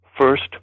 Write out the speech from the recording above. first